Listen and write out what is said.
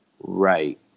Right